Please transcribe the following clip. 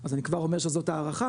אז אני כבר אומר שזאת הערכה,